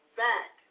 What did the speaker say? back